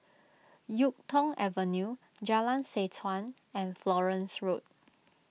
Yuk Tong Avenue Jalan Seh Chuan and Florence Road